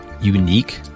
unique